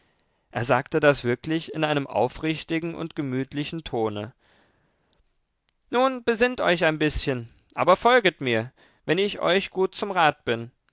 er sagte das wirklich in einem aufrichtigen und gemütlichen tone nun besinnt euch ein bißchen aber folget mir wenn ich euch gut zum rat bin